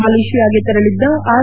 ಮಲೇಷ್ನಾಗೆ ತೆರಳಿದ್ದ ಆರ್